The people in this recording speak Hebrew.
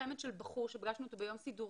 חמד של בחור שפגשנו אותו ביום סידורים.